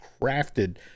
crafted